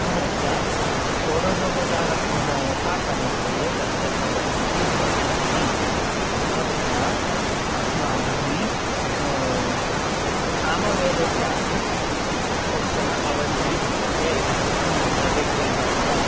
पुनश्च षोडशोपचारपूजा यथा प्रवर्तते तस्य प्रवृत्तिः भविष्यति तत्र अस्माभिः सामवेदस्यापि कश्चन अवधिः दीयते पुनश्च ऋग्वेदस्य